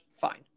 fine